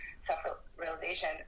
self-realization